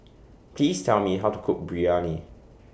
Please Tell Me How to Cook Biryani